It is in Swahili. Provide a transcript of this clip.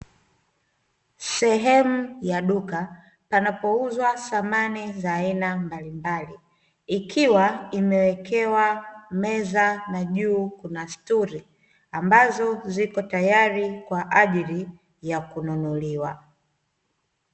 Sehemu ya duka panapouzwa samani za aina mbalimbali ikiwa imewekewa meza na juu kuna stuli ambazo zipo tayari kwaajili ya kununuliwa.